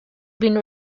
been